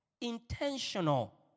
intentional